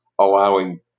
allowing